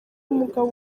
umugabo